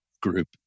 group